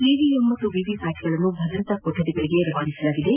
EVM ಹಾಗೂ VVPAT ಗಳನ್ನು ಭದ್ರತಾ ಕೊರಡಿಗಳಿಗೆ ರವಾನಿಸಲಾಗಿದ್ದು